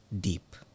deep